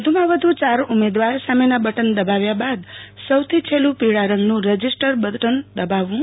વધુ માં વધુ ચાર ઉમેદવાર સામેના બટન દબાવ્યા બાદ સૌથી છેલ્લુ પીળા રંગનું રજીસ્ટર બટન દબાવવું